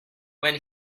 when